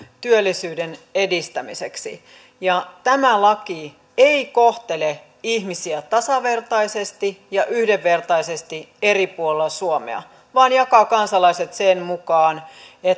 työllisyyden edistämiseksi ja tämä laki ei kohtele ihmisiä tasavertaisesti ja yhdenvertaisesti eri puolilla suomea vaan jakaa kansalaiset sen mukaan